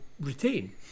retain